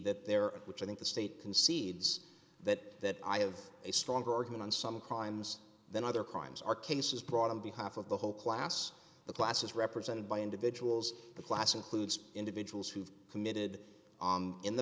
that there are which i think the state concedes that i have a stronger argument on some crimes than other crimes are cases brought on behalf of the whole class the classes represented by individuals the class includes individuals who've committed in the